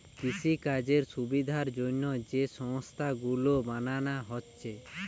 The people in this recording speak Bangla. কৃষিকাজের সুবিধার জন্যে যে সংস্থা গুলো বানানা হচ্ছে